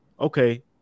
okay